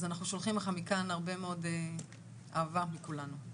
אז אנחנו שולחים לך מכאן הרבה מאוד אהבה מכולנו.